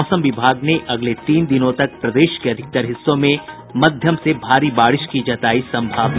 मौसम विभाग ने अगले तीन दिनों तक प्रदेश के अधिकतर हिस्सों में मध्यम से भारी बारिश की जतायी संभावना